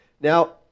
Now